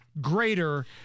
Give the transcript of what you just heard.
greater